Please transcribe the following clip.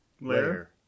layer